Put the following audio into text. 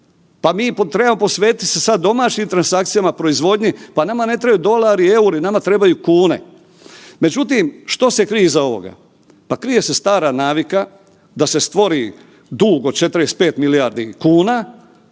Pa mi trebamo posvetit se sad domaćim transakcijama, proizvodnji, pa nama ne trebaju dolari, EUR-i, nama trebaju kune. Međutim, što se krije iza ovoga? Pa krije se stara navika da se stvori dug od 45 milijardi kuna,